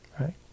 Right